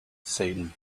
satan